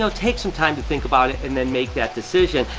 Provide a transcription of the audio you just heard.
so take some time to think about it, and then make that decision.